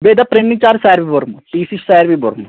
بیٚیہِ دَپ printing charge چھُ سارِوٕے بوٛرمُت پی سی چھُ ساروٕے بوٛرمُت